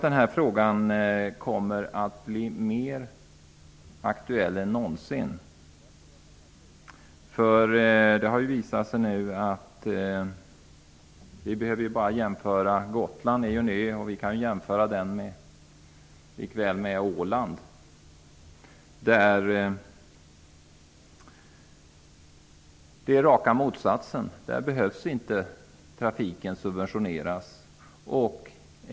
Den frågan tror jag kommer att bli mer aktuell än någonsin. Gotland är ju en ö. Vi behöver bara jämföra den med Åland, där förhållandet är det rakt motsatta. Där behöver inte trafiken subventioneras.